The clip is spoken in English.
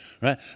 right